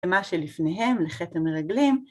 למה שלפניהם, לחטא המרגלים.